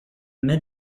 mid